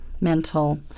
mental